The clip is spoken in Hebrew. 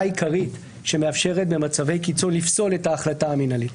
העיקרית שמאפשרת במצבי קיצון לפסול את ההחלטה המינהלית.